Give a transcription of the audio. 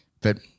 but-